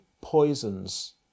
poisons